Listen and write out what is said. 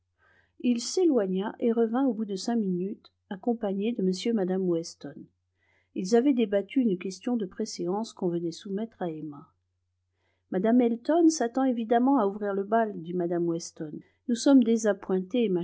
il s'éloigna et revint au bout de cinq minutes accompagné de m et mme weston ils avaient débattu une question de préséance qu'on venait soumettre à emma mme elton s'attend évidemment à ouvrir le bal dit mme weston nous sommes désappointés